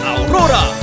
Aurora